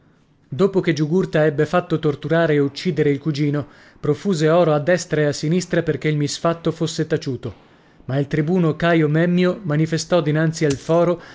dopo che giugurta ebbe fatto torturare e uccidere il cugino profuse oro a destra e a sinistra perché il misfatto fosse taciuto ma il tribuno caio memmio manifestò dinanzi al fòro